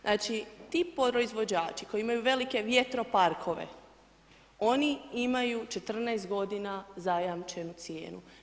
Znači ti proizvođači koji imaju velike vjetroparkove, oni imaju 14 g. zajamčenu cijenu.